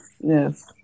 yes